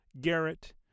Garrett